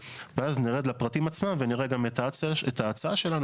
אני אעבור להציג את הדיווח ואז נרד לפרטים עצמם ונראה גם את ההצעה שלנו,